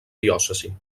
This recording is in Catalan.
diòcesi